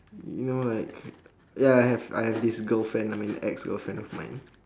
you know like ya I have I have this girlfriend I mean ex girlfriend of mine